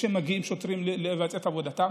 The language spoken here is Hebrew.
כשמגיעים שוטרים לבצע את עבודתם.